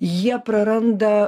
jie praranda